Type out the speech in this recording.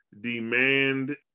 demand